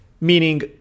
Meaning